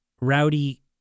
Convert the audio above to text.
rowdy